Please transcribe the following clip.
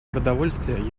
продовольствия